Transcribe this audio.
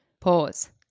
Pause